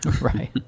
Right